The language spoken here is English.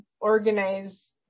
organize